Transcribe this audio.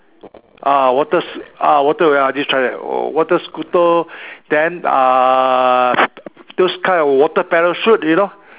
ah water s~ ah water wait I'm just trying to oh water scooter then uh those kind of water parachute you know